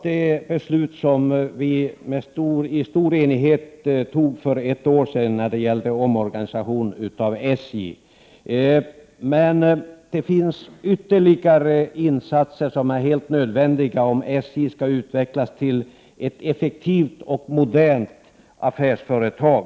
Det beslut vi i stor enighet fattade för ett år sedan när det gällde SJ:s omorganisation var enligt min mening bra, men ytterligare insatser är helt nödvändiga om SJ skall utvecklas till ett effektivt och modernt affärsföretag.